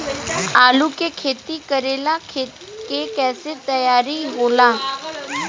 आलू के खेती करेला खेत के कैसे तैयारी होला?